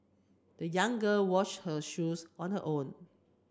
the young girl washed her shoes on her own